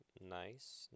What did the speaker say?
Nice